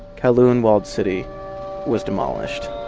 kowloon walled city was demolished